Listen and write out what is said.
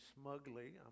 smugly